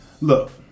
Look